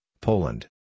Poland